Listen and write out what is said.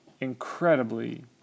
incredibly